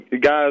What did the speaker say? guys